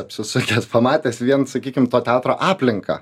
apsisukęs pamatęs vien sakykim to teatro aplinką